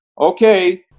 okay